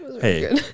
hey